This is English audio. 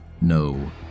No